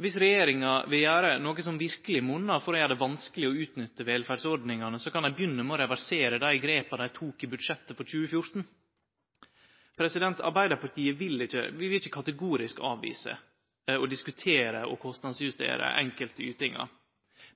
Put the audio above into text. Viss regjeringa vil gjere noko som verkeleg monnar for å gjere det vanskeleg å utnytte velferdsordningane, kan dei begynne med å reversere dei grepa dei tok i budsjettet for 2014. Vi i Arbeidarpartiet vil ikkje kategorisk avvise å diskutere og kostnadsjustere enkelte ytingar,